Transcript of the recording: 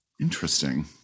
Interesting